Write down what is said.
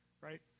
right